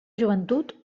joventut